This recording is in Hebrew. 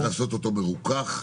צריך לעשות אותו מרוכך,